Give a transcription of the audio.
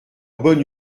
bonne